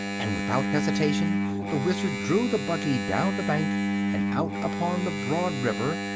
and without hesitation the wizard drew the buggy down the bank and out upon the broad river,